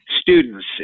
students